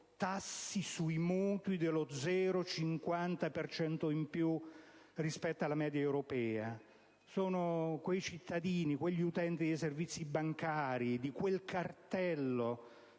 tassi sui mutui dello 0,50 per cento in più rispetto alla media europea; sono quei cittadini, quegli utenti dei servizi bancari di quel cartello